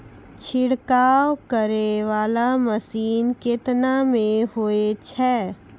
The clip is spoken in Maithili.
छिड़काव करै वाला मसीन केतना मे होय छै?